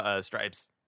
stripes